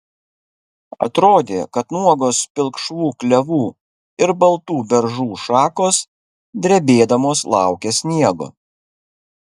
atrodė kad nuogos pilkšvų klevų ir baltų beržų šakos drebėdamos laukia sniego